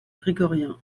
grégorien